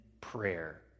prayer